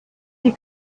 die